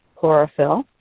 chlorophyll